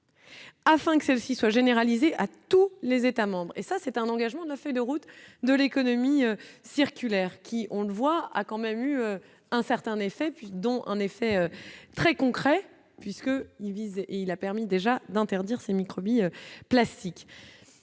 Afin que celle-ci soit généralisée à tous les États-membres et ça, c'est un engagement de la feuille de route de l'économie circulaire qui, on le voit, a quand même eu un certain effet puis dont, en effet, très concret, puisque il vise et il a permis déjà d'interdire ces microbes plastiques